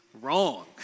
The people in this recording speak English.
wrong